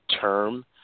term